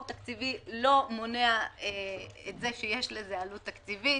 תקציבי לא מונע את זה שיש לזה עלות תקציבית.